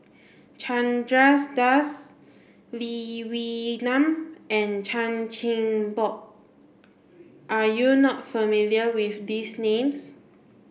Chandra Das Lee Wee Nam and Chan Chin Bock are you not familiar with these names